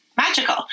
magical